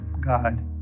God